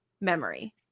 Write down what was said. memory